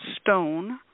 stone